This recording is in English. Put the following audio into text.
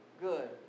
good